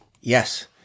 Yes